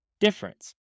difference